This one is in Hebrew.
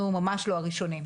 אנחנו ממש לא הראשונים,